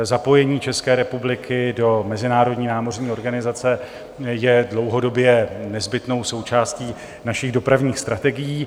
Zapojení České republiky do mezinárodní námořní organizace je dlouhodobě nezbytnou součástí našich dopravních strategií.